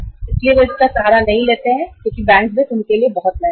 इसलिए वे बैंक वित्त का सहारा नहीं लेते हैं क्योंकि यह बहुत महंगा है